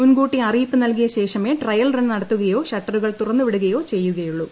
മുൻകൂട്ടി അറിയിപ്പ് നൽകിയ ശേഷമേ ട്രയൽ റൺ നെട്ടത്തുകയോ ഷട്ടറുകൾ തുറന്നുവിടുകയോ ചെയ്യുകയുള്ളൂ